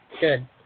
Good